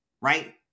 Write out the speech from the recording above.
right